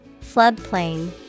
Floodplain